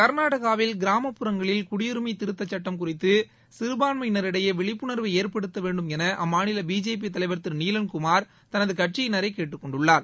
கர்நாடகாவில் கிராமப்புறங்களில் குடியுரிமை திருத்த சட்டம் குறித்து சிறுபான்மையினரிடையே விழிப்புனர்வை ஏற்படுத்தவேண்டும் என அம்மாநில பிஜேபி தலைவர் திரு நீலன்குமார் தனது கட்சியினரை கேட்டுக்கொண்டுள்ளார்